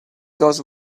goes